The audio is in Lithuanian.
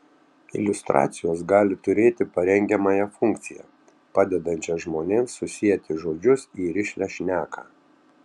iliustracijos gali turėti parengiamąją funkciją padedančią žmonėms susieti žodžius į rišlią šneką